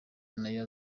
nayo